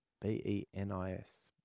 B-E-N-I-S